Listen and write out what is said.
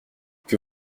que